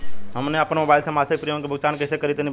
हम आपन मोबाइल से मासिक प्रीमियम के भुगतान कइसे करि तनि बताई?